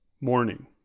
morning